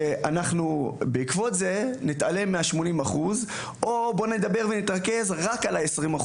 שבעקבות זה נתעלם מה-80% או נדבר ונתרכז רק ב-20%,